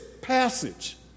passage